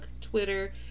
Twitter